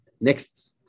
next